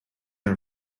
are